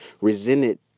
resented